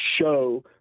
show